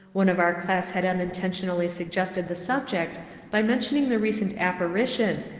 one of our class had unintentionally suggested the subject by mentiouing the recent apparition,